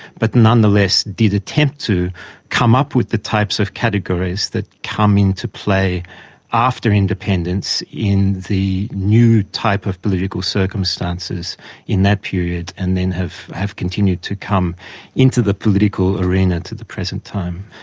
but nonetheless did attempt to come up with the types of categories that come into play after independence in the new type of political circumstances in that period and then have have continued to come into the political arena to the present time.